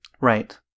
Right